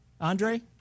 Andre